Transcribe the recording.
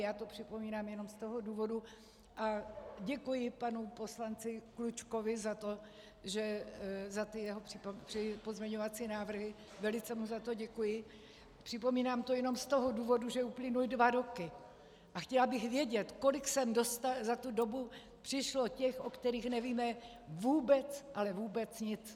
Já to připomínám jenom z toho důvodu, a děkuji panu poslanci Klučkovi za ty jeho pozměňovací návrhy, velice mu za to děkuji, připomínám to jenom z toho důvodu, že uplynuly dva roky a chtěla bych vědět, kolik sem za tu dobu přišlo těch, o kterých nevíme vůbec, ale vůbec nic.